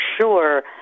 sure